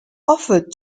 offered